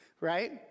right